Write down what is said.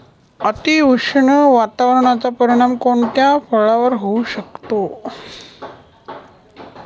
अतिउष्ण वातावरणाचा परिणाम कोणत्या फळावर होऊ शकतो?